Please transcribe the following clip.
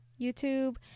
YouTube